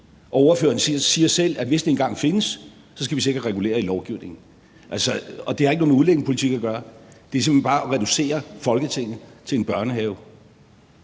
ordføreren siger selv, at hvis det engang findes, skal vi sikkert regulere lovgivningen. Og det har ikke noget med udlændingepolitik at gøre, det er simpelt hen bare at reducere Folketinget til en børnehave.